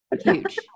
Huge